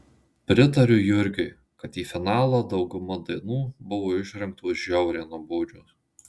pritariu jurgiui kad į finalą dauguma dainų buvo išrinktos žiauriai nuobodžios